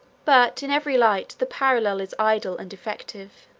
but in every light the parallel is idle and defective.